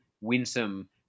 winsome